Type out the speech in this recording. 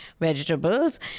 vegetables